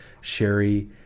sherry